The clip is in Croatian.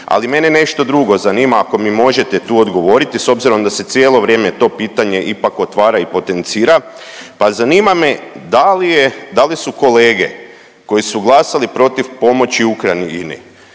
Ali mene nešto drugo zanima ako mi možete tu odgovoriti s obzirom da se cijelo vrijeme to pitanje ipak otvara i potencira. Pa zanima me da li je, da li su kolege koji su glasali protiv pomoći Ukrajini